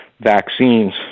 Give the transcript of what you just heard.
vaccines